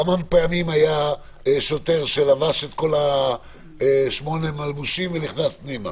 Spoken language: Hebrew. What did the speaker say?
כמה פעמים היה שוטר שלבש את כל שמונה המלבושים ונכנס פנימה?